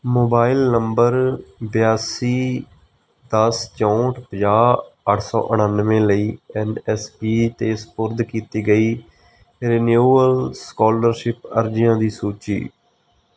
mobile number ਬਿਆਸੀ ਦਸ ਚੌਂਹਠ ਪੰਜਾਹ ਅੱਠ ਸੌ ਉਣਾਨਵੇਂ ਲਈ ਐਨ ਐਸ ਪੀ 'ਤੇ ਸਪੁਰਦ ਕੀਤੀ ਗਈ ਰਿਨਿਊਅਲ ਸਕਾਲਰਸ਼ਿਪ ਅਰਜ਼ੀਆਂ ਦੀ ਸੂਚੀ